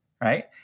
right